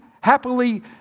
happily